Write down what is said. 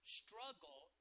struggle